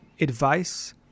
advice